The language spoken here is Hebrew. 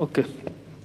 אוקיי.